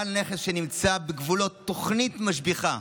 בעל הנכס שנמצא בגבולות תוכנית משביחה,